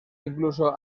incluso